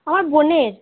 আমার বোনের